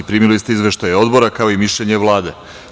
Primili ste izveštaj Odbora, kao i mišljenje Vlade.